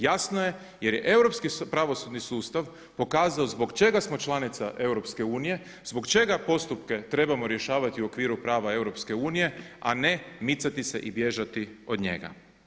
Jasno je jer je Europski pravosudni sustav pokazao zbog čega smo članica EU, zbog čega postupke trebamo rješavati u okviru prava EU a ne micati se i bježati od njega.